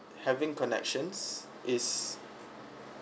having connections is